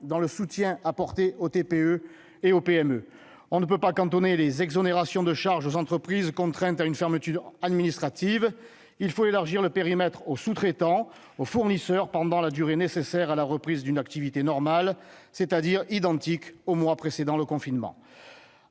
pour soutenir les TPE et PME. On ne peut pas cantonner les exonérations de charges aux entreprises contraintes à une fermeture administrative. Il faut élargir le périmètre aux sous-traitants et aux fournisseurs pendant la durée nécessaire à la reprise d'une activité normale, c'est-à-dire identique aux mois précédents, compte